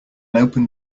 open